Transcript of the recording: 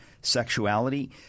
sexuality